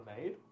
made